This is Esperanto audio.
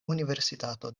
universitato